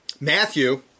Matthew